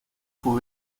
fue